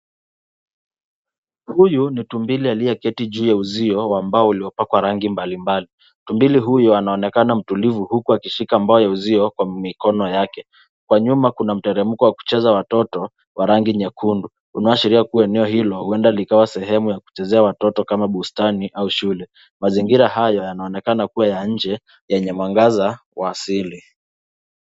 Huyu ni tumbili aliyeketi juu ya uzio wa mbao uliopakwa rangi mbalimbali. Tumbili huyo anaonekana mtulivu, huku akishika mbao ya uzio kwa mikono yake. Kwa nyuma kuna mteremko wa kucheza watoto wa rangi nyekundu, unaoashiria kuwa eneo hilo huenda likawa sehemu ya kuchezea watoto kama bustani au shule. Mazingira haya yanaonekana kuwa ya nje yenye mwangaza wa asili.